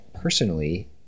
personally